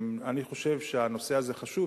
אני חושב שהנושא הזה חשוב,